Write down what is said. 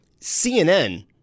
CNN